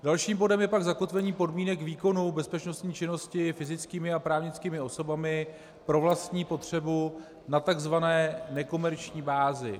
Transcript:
Dalším bodem je pak zakotvení podmínek výkonu bezpečnostní činnosti fyzickými a právnickými osobami pro vlastní potřebu na tzv. nekomerční bázi.